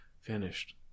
finished